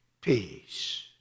peace